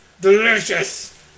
Delicious